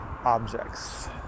objects